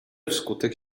wskutek